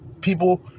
People